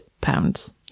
pounds